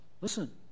Listen